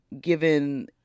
given